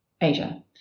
Asia